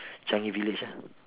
changi-village lah